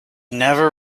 never